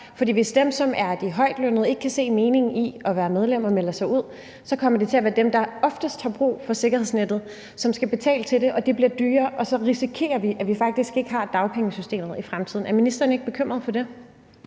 Hvis dem, som er de højtlønnede, ikke kan se meningen i at være medlemmer og melder sig ud af det, så kommer det til at være dem, der oftest har brug for sikkerhedsnettet, som skal betale til det, og det bliver dyrere, og så risikerer vi, at vi faktisk ikke har dagpengesystemet i fremtiden. Er ministeren ikke bekymret for det?